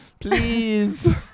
please